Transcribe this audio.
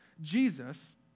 Jesus